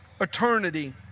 eternity